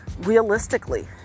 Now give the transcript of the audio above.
realistically